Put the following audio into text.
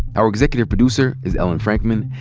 our executive producer is ellen frankman.